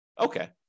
Okay